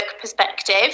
perspective